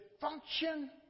function